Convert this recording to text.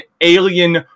alien